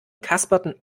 kasperten